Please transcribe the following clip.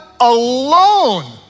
alone